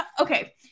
Okay